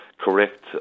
Correct